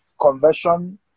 conversion